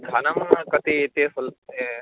धनं कति इति फ़ुल् पे